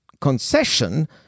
concession